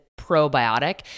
Probiotic